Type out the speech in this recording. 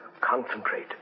Concentrate